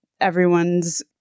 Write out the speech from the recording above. everyone's